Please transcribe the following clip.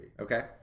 Okay